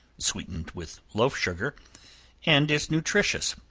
sweetened with loaf-sugar, and is nutritious.